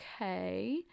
okay